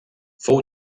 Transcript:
fou